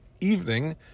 evening